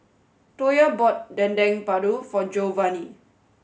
Toya bought Dendeng Paru for Geovanni